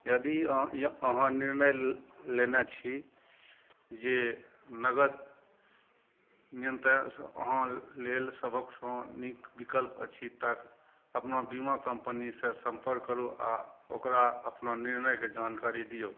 यदि अहाँ निर्णय लेने छी जे नगद अहाँ लेल सबसँ नीक विकल्प अछि तऽ अपना बीमा कंपनीसँ संपर्क करू आ ओकरा अपना निर्णयके जानकारी दियौ